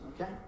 okay